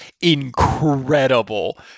incredible